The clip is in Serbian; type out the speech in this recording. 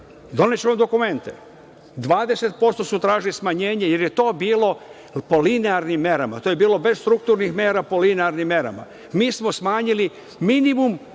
Doneću vam dokumente. Tražili su 20% smanjenje, jer je to bilo po linearnim merama. To je bilo bez strukturnih mera, po linearnim merama. Mi smo smanjili minimum,